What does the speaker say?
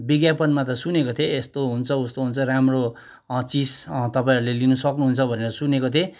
विज्ञापनमा त सुनेको थिएँ यस्तो हुन्छ उस्तो हुन्छ राम्रो चिस तपाईँहरूले लिन सक्नुहुन्छ भनेर सुनेको थिएँ